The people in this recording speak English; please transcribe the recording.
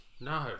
No